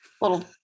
little